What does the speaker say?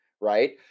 Right